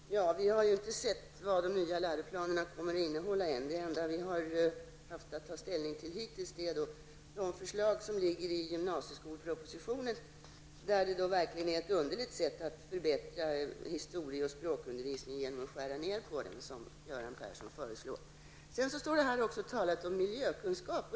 Herr talman! Vi har ju ännu inte sett vad de nya läroplanerna kommer att innehålla. Det enda vi hittills har haft att ta ställning till är de förslag som ligger i gymnasieskolspropositionen. Där förekommer ett verkligen underligt sätt att förbättra historie och språkundervisningen. Göran Persson föreslår nämligen att den skall skäras ned. Det talas i frågesvaret också om miljökunskap.